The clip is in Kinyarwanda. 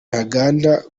ntaganda